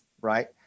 right